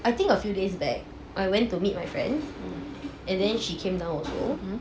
I think a few days back I went to meet my friends and then she came down also